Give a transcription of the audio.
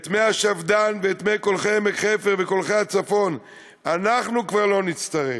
את מי השפד"ן ואת מי קולחי עמק-חפר וקולחי הצפון אנחנו כבר לא נצטרך,